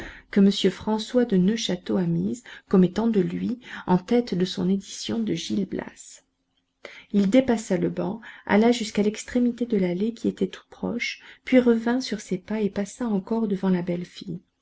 que monsieur françois de neufchâteau a mise comme étant de lui en tête de son édition de gil blas il dépassa le banc alla jusqu'à l'extrémité de l'allée qui était tout proche puis revint sur ses pas et passa encore devant la belle fille